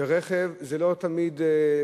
ורכב זה לא תמיד,